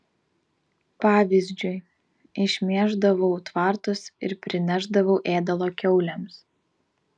pavyzdžiui išmėždavau tvartus ir prinešdavau ėdalo kiaulėms